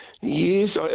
Yes